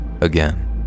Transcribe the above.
again